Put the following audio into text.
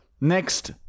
next